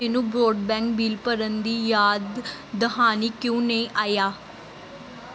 ਮੈਨੂੰ broadband bill ਭਰਨ ਦਾ ਯਾਦ ਦਹਾਨੀ ਕਿਉਂ ਨਹੀਂ ਆਇਆ